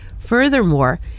Furthermore